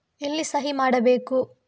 ಎಲ್ಲಿ ಸಹಿ ಮಾಡಬೇಕು?